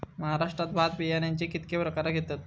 महाराष्ट्रात भात बियाण्याचे कीतके प्रकार घेतत?